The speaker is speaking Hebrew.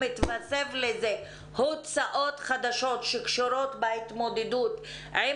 מתווספים לזה הוצאות חדשות שקשורות בהתמודדות עם